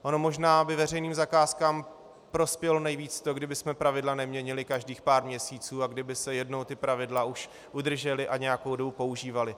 Ono možná by veřejným zakázkám prospělo nejvíce to, kdybychom pravidla neměnili každých pár měsíců a kdyby se jednou ta pravidla už udržela a nějakou dobu používala.